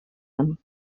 them